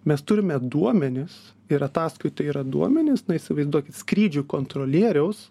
mes turime duomenis ir ataskaitoj yra duomenys na įsivaizduokit skrydžių kontrolieriaus